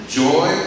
joy